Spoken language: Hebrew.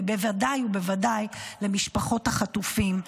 ובוודאי ובוודאי למשפחות החטופים,